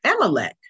Amalek